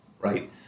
right